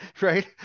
Right